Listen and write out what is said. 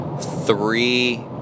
three